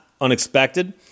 unexpected